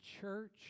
church